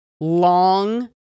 long